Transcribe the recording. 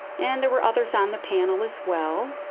and there were others on the panel as well.